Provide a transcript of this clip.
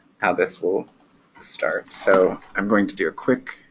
ah this will start. so i'm going to do a quick.